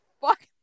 fuck